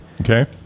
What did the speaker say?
Okay